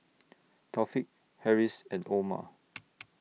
Taufik Harris and Omar